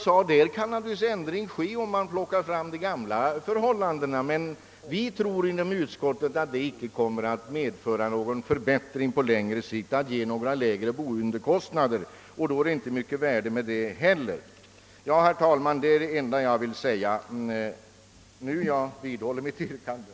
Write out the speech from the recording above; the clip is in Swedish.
Man kan naturligtvis gå tillbaka till den gamla ordningen, men inom utskottet anser vi inte att det skulle medföra någon förbättring på längre sikt eller ge lägre boendekostnader, och då är ju ändringen inte mycket värd. Herr talman! Det var bara detta jag ville tillägga. Jag vidhåller mitt yrkande.